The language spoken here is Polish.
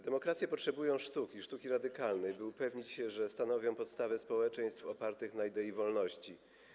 Demokracje potrzebują sztuki, sztuki radykalnej, by upewnić się, że stanowią podstawę społeczeństw opartych na idei wolności.